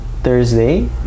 Thursday